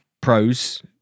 pros